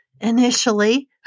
initially